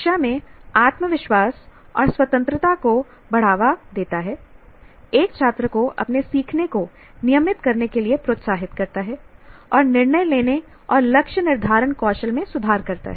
कक्षा में आत्मविश्वास और स्वतंत्रता को बढ़ावा देता है एक छात्र को अपने सीखने को नियमित करने के लिए प्रोत्साहित करता है और निर्णय लेने और लक्ष्य निर्धारण कौशल में सुधार करता है